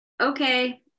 okay